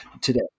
today